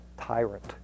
tyrant